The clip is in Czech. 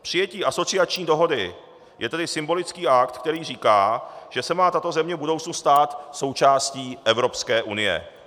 Přijetí asociační dohody je tedy symbolický akt, který říká, že se má tato země v budoucnu stát součástí Evropské unie.